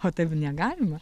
o taip negalima